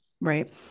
Right